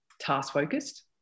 task-focused